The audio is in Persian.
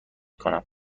کنم